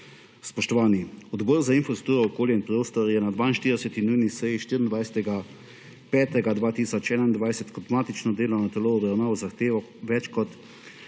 Spoštovani! Odbor za infrastrukturo, okolje in prostor je na 42. nujni seji 24. 5. 2021 kot matično delovno telo obravnaval zahtevo več kot